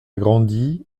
grandi